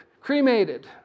cremated